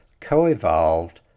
co-evolved